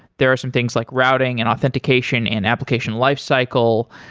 there are some things like routing and authentication and application life cycle,